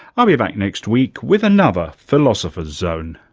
i'll be back next week with another philosopher's zone